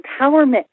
empowerment